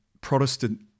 Protestant